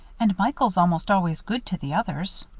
and michael's almost always good to the others.